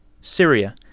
Syria